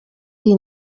iyi